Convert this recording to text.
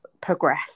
progress